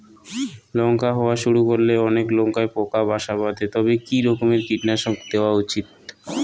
লঙ্কা হওয়া শুরু করলে অনেক লঙ্কায় পোকা বাসা বাঁধে তবে কি রকমের কীটনাশক দেওয়া উচিৎ?